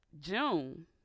June